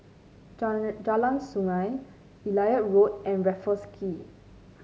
Jalan Sungei Elliot Road and Raffles Quay